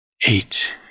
Eight